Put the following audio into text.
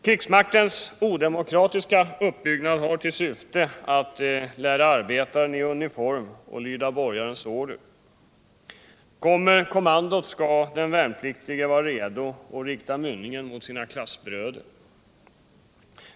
Krigsmaktens odemokratiska uppbyggnad har till syfte att lära arbetaren i uniform att lyda borgarnas order. Kommer kommandot, skall den värnpliktige vara redo att rikta mynningen mot sina klassbröder.